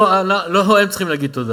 אלא פשוט אצטרך להוציא את כל